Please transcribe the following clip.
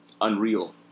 unreal